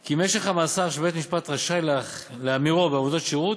כי משך המאסר שבית-משפט רשאי להמירו בעבודות שירות